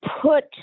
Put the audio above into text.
put